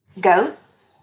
Goats